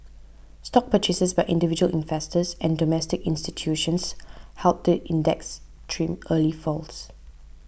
stock purchases by individual investors and domestic institutions helped the index trim early falls